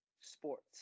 sports